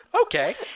Okay